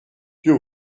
you